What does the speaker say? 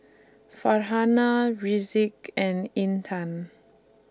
Farhanah Rizqi and Intan